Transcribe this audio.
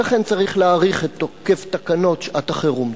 ולכן צריך להאריך את תוקף תקנות שעת-החירום.